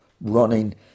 running